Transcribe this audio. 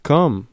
Come